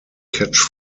catch